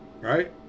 Right